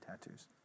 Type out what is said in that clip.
tattoos